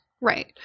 Right